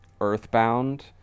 Earthbound